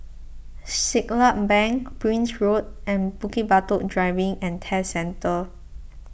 Siglap Bank Prince Road and Bukit Batok Driving and Test Centre